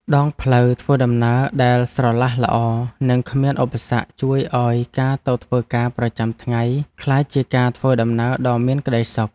ដងផ្លូវធ្វើដំណើរដែលស្រឡះល្អនិងគ្មានឧបសគ្គជួយឱ្យការទៅធ្វើការប្រចាំថ្ងៃក្លាយជាការធ្វើដំណើរដ៏មានក្តីសុខ។